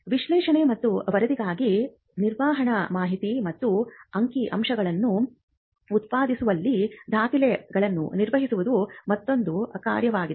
ವಿಶ್ಲೇಷಣೆ ಮತ್ತು ವರದಿಗಾಗಿ ನಿರ್ವಹಣಾ ಮಾಹಿತಿ ಮತ್ತು ಅಂಕಿಅಂಶಗಳನ್ನು ಉತ್ಪಾದಿಸುವಲ್ಲಿ ದಾಖಲೆಗಳನ್ನು ನಿರ್ವಹಿಸುವುದು ಮತ್ತೊಂದು ಕಾರ್ಯವಾಗಿದೆ